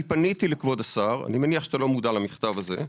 אני פניתי לכבוד השר כבר בפברואר 23'. אני מניח שאתה לא מודע למכתב הזה.